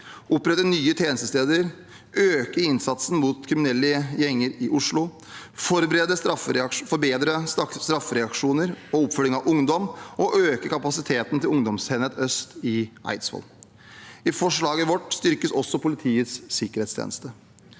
opprette nye tjenestesteder, øke innsatsen mot kriminelle gjenger i Oslo, forbedre straffereaksjoner og oppfølging av ungdom og øke kapasiteten til Ungdomsenhet øst i Eidsvoll. I forslaget vårt styrkes også Politiets sikkerhetstjeneste.